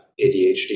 ADHD